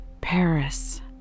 Paris